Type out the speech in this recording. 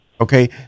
okay